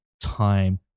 time